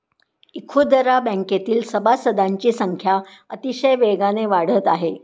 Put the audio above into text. इखुदरा बँकेतील सभासदांची संख्या अतिशय वेगाने वाढत आहे